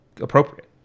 appropriate